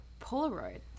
Polaroid